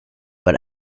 but